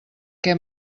què